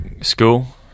school